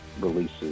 releases